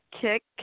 kick